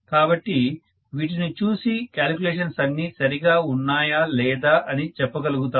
కాబట్టి వీటిని చూసి క్యాలిక్యులేషన్స్ అన్నీ సరిగా ఉన్నాయా లేదా అని చెప్పగలుగుతారు